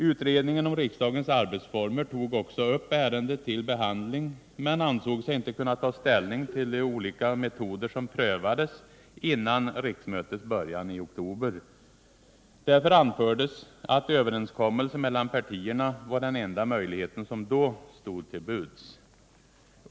Utredningen om riksdagens arbetsformer tog också upp ärendet till behandling, men ansåg sig inte kunna ta ställning till de olika metoder som prövades innan riksmötets början i oktober. Därför anfördes att överenskommelser mellan partierna var den enda möjlighet som då stod till buds.